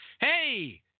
Hey